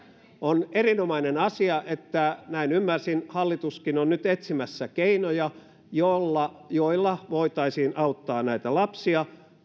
on erinomainen asia että näin ymmärsin hallituskin on nyt etsimässä keinoja joilla voitaisiin auttaa näitä lapsia